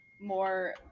more